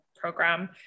program